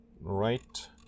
Right